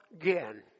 again